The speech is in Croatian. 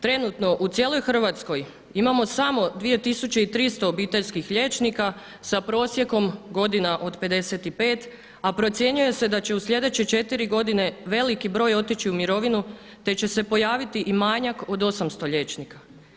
Trenutno u cijeloj Hrvatskoj imamo samo 2.300 obiteljskih liječnika sa prosjekom godina od 55, a procjenjuje se da će u sljedeće četiri godine veliki broj otići u mirovinu, te će se pojaviti i manjak od 800 liječnika.